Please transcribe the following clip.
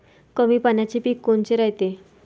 कमी पाण्याचे पीक कोनचे रायते?